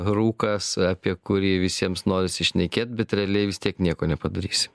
rūkas apie kurį visiems norisi šnekėt bet realiai vis tiek nieko nepadarysi